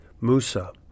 Musa